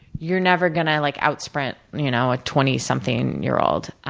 you're never gonna like out-sprint and you know a twenty something year old.